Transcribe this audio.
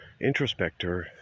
Introspector